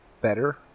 better